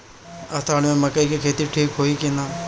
अषाढ़ मे मकई के खेती ठीक होई कि ना?